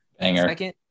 Second